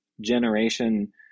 generation